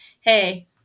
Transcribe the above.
hey